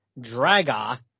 Draga